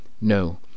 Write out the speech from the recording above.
No